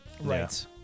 Right